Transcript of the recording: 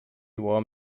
warm